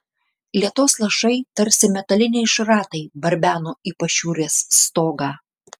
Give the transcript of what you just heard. lietaus lašai tarsi metaliniai šratai barbeno į pašiūrės stogą